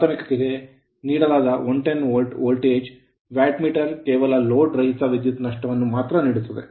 ಪ್ರಾಥಮಿಕ ಕ್ಕೆ ನೀಡಲಾದ 110 ವೋಲ್ಟ್ ನ ವೋಲ್ಟೇಜ್ ಗಾಗಿ ವ್ಯಾಟ್ ಮೀಟರ್ ಕೇವಲ ಲೋಡ್ ರಹಿತ ವಿದ್ಯುತ್ ನಷ್ಟವನ್ನು ಮಾತ್ರ ನೀಡುತ್ತದೆ